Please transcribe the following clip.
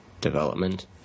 development